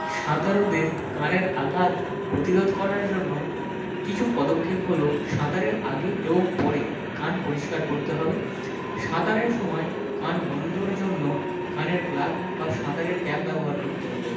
সাঁতারুদের কানের আঘাত প্রতিরোধ করার জন্য কিছু পদক্ষেপ হলো সাঁতারের আগে এবং পরে কান পরিষ্কার করতে হবে সাঁতারের সময় কান বন্ধর জন্য কানের প্লাগ বা সাঁতারের ক্যাপ ব্যবহার করতে হবে